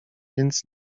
więc